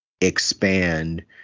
expand